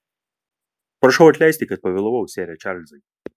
prašau atleisti kad pavėlavau sere čarlzai